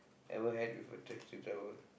ever had with a taxi driver